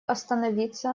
остановиться